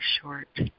short